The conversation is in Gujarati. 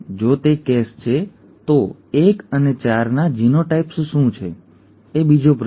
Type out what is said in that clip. જો તે કેસ છે તો 1 અને 4 ના જીનોટાઈપ્સ શું છે એ બીજો પ્રશ્ન છે